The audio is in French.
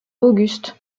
auguste